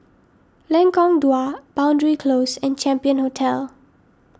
Lengkong Dua Boundary Close and Champion Hotel